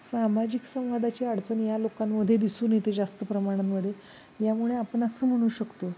सामाजिक संवादाची अडचण या लोकांमध्ये दिसून येते जास्त प्रमाणांमध्ये यामुळे आपण असं म्हणू शकतो